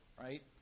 right